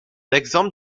exemple